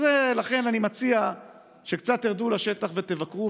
לכן אני מציע שקצת תרדו לשטח ותבקרו,